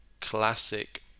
classic